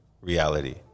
reality